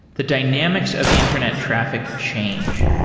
the dynamics of internet traffic change.